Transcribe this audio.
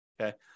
okay